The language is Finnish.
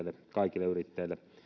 kaikille yrittäjille